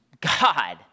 God